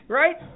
right